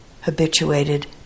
habituated